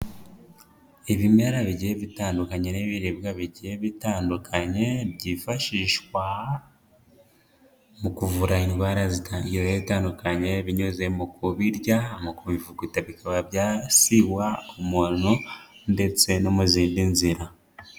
Ibimera bigiye bitandukanye n'ibiribwa bigiye bitandukanye, byifashishwa mu kuvura indwara zitangira itandukanye, binyuze mu kubirya, mu kubivuguta bikaba byasiwa umuntu ndetse no mu zindi nzira.